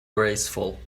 graceful